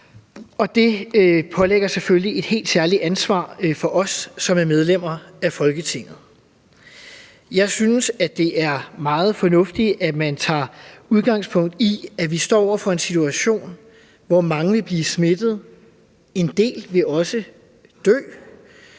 Det pålægger selvfølgelig os, som er medlemmer af Folketinget, et helt særligt ansvar. Jeg synes, det er meget fornuftigt, at man tager udgangspunkt i, at vi står over for en situation, hvor mange vil blive smittet, en del også vil